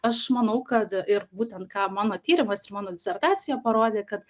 aš manau kad ir būtent ką mano tyrimas ir mano disertacija parodė kad